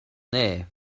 there